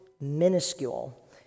minuscule